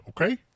Okay